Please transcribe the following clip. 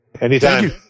Anytime